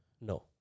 No